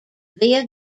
via